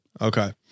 Okay